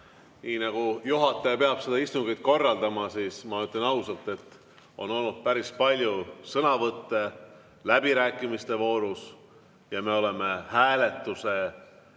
Kuna juhataja peab istungit korraldama, siis ma ütlen ausalt, et on olnud päris palju sõnavõtte läbirääkimiste voorus. Ja me oleme hääletuse